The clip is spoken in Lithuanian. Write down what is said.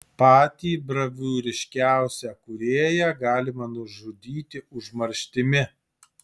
patį bravūriškiausią kūrėją galima nužudyti užmarštimi